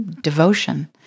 devotion